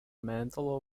mantle